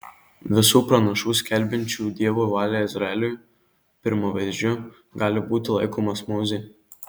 visų pranašų skelbiančių dievo valią izraeliui pirmavaizdžiu gali būti laikomas mozė